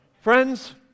Friends